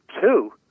two